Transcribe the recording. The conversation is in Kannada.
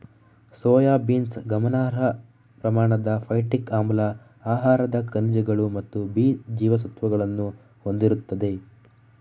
ಸೋಯಾಬೀನ್ಸ್ ಗಮನಾರ್ಹ ಪ್ರಮಾಣದ ಫೈಟಿಕ್ ಆಮ್ಲ, ಆಹಾರದ ಖನಿಜಗಳು ಮತ್ತು ಬಿ ಜೀವಸತ್ವಗಳನ್ನು ಹೊಂದಿರುತ್ತದೆ